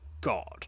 god